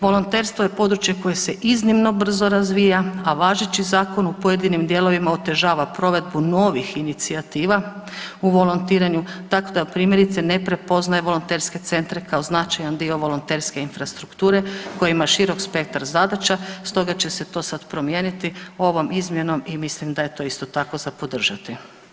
Volonterstvo je područje koje se iznimno brzo razvija, a važeći zakon u pojedinim dijelovima otežava provedbu novih inicijativa u volontiranju tako da primjerice ne prepoznaje volonterske centre kao značajan dio volonterske infrastrukture koji ima širok spektar zadaća stoga će se to sad promijeniti ovom izmjenom i mislim da je to isto tako za podržati.